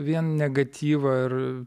vien negatyvą ir